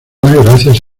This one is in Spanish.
gracias